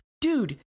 dude